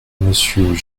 monsieur